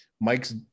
Mike's